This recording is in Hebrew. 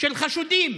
של חשודים,